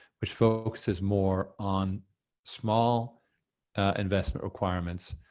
which focuses more on small investment requirements,